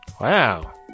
Wow